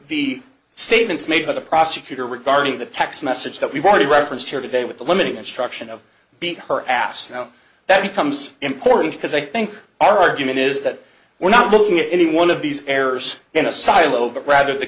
the statements made by the prosecutor regarding the text message that we've already referenced here today with the limiting instruction of beat her ass that becomes important because i think our argument is that we're not looking at any one of these errors in a silo but rather the